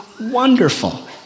wonderful